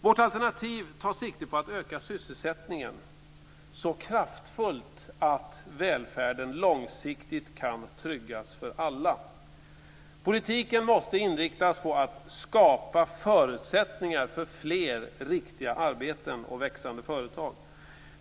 Vårt alternativ tar sikte på att öka sysselsättningen så kraftfullt att välfärden långsiktigt kan tryggas för alla. Politiken måste inriktas på att skapa förutsättningar för fler riktiga arbeten och växande företag.